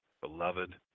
beloved